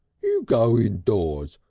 you go indoors.